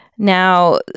Now